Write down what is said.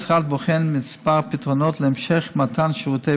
המשרד בוחן כמה פתרונות להמשך מתן שירותי